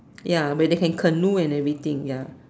ya where they can canoe and everything ya